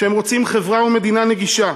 שרוצים חברה ומדינה נגישה.